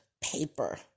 paper